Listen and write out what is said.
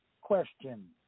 question